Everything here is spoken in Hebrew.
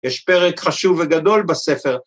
‫יש פרק חשוב וגדול בספר.